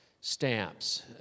stamps